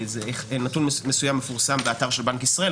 נתון מסוים מפורסם באתר של בנק ישראל,